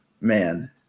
man